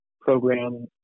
program